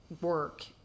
work